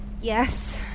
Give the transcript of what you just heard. Yes